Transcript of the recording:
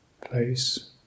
place